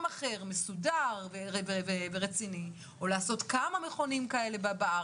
מסודר רציני ולפתוח עוד כמה מכונים כאלו.